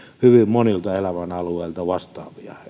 hyvin monilta elämänalueilta vastaavia